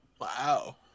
Wow